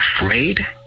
afraid